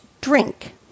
drink